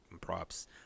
props